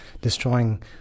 destroying